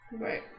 Right